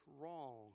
wrong